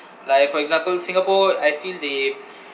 like for example singapore I feel they